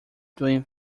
doing